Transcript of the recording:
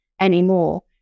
anymore